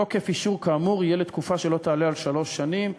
תוקף אישור כאמור יהיה לתקופה שלא תעלה על שלוש שנים",